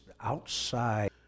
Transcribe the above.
outside